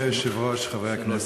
אדוני היושב-ראש, חברי הכנסת,